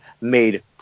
made